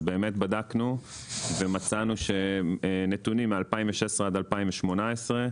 אז באמת בדקנו ומצאנו נתונים מ-2016-2018.